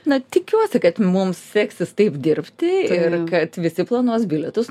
na tikiuosi kad mums seksis taip dirbti ir kad visi planuos bilietus